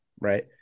right